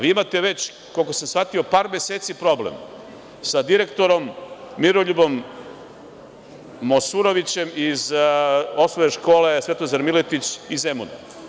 Vi imate već, koliko sam shvatio, par meseci problem sa direktorom Miroljubom Mosurovićem iz osnovne škole „Svetozar Miletić“ iz Zemuna.